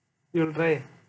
you'll try